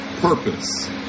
purpose